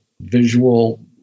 visual